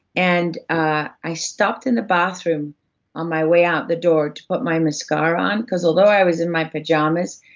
and ah i stopped in the bathroom on my way out the door, to put my mascara on, because although i was in my pajamas,